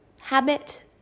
habit